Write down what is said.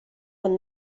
one